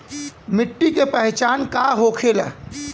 मिट्टी के पहचान का होखे ला?